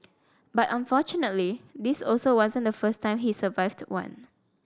but fortunately this also wasn't the first time he survived one